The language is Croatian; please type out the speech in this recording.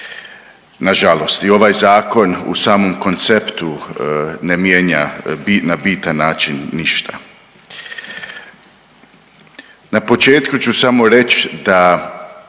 Nažalost i ovaj Zakon u samom konceptu ne mijenja na bitan način ništa. Na početku ću samo reći da